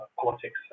politics